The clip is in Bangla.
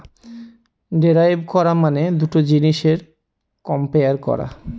ডেরাইভ করা মানে দুটা জিনিসের কম্পেয়ার করা